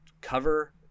cover